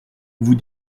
vous